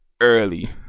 early